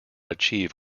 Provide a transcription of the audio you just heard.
achieve